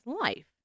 life